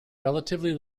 relatively